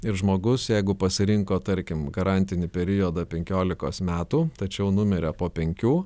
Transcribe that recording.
ir žmogus jeigu pasirinko tarkim garantinį periodą penkiolikos metų tačiau numirė po penkių